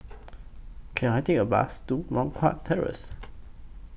Can I Take A Bus to Moh Guan Terrace